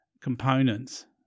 components